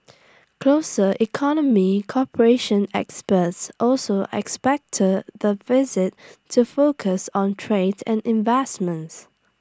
closer economy cooperation experts also expect the visit to focus on trade and investments